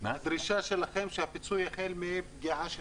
הדרישה שלכם שהפיצוי יחל מפגיעה של